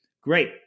great